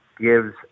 gives